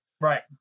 right